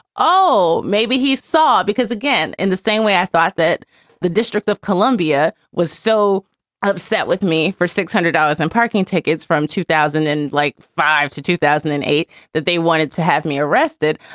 oh, maybe he saw because again, in the same way i thought that the district of columbia was so upset with me for six hundred dollars in parking tickets from two thousand and like five to two thousand and eight that they wanted to have me arrested.